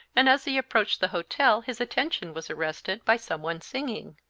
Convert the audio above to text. and as he approached the hotel his attention was arrested by some one singing.